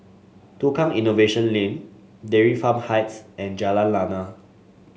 Tukang Innovation Lane Dairy Farm Heights and Jalan Lana